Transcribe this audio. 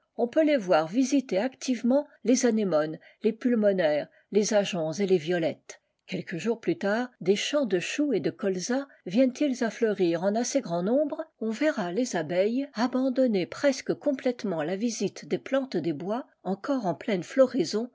on peut les voir visiter activement les anémones les pulmonaires les ajoncs et les violettes quelques jours plus tard des champs de chou ou de colza viennentils à fleurir en assez grand nombre on v les abeilles abandonner presque complètem la visite des plantes des bois encore en pie